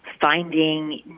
finding